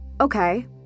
okay